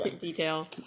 Detail